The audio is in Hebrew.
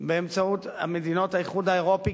באמצעות מדינות האיחוד האירופי,